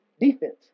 defense